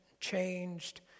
changed